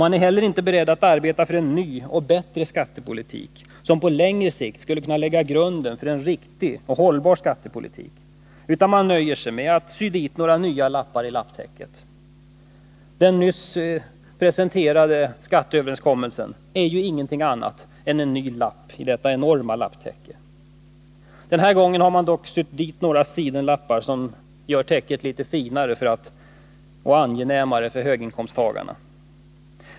Man är heller inte beredd att arbeta för en ny och bättre skattepolitik, som på längre sikt skulle kunna lägga grunden för en riktig och hållbar skattepolitik, utan man nöjer sig med att sy dit några nya lappar ilapptäcket. Den nyligen presenterade skatteöverenskommelsen är ju ingenting annat än en ny lapp i detta enorma lapptäcke. Den här gången har man dock sytt dit några sidenlappar, som gör täcket litet finare och angenämare för högir.komsttagarna.